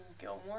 Gilmore